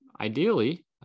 ideally